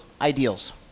ideals